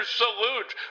salute